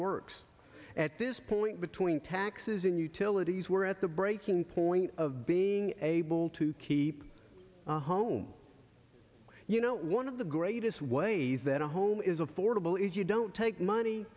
works at this point between taxes and utilities were at the breaking point of being able to keep a home you know one of the greatest ways that a home is affordable if you don't take money